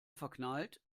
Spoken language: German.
verknallt